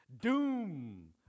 doom